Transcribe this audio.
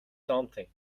something